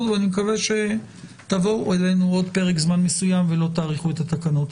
ואני מקווה שתבואו אלינו עוד פרק זמן מסוים ולא תאריכו את התקנות.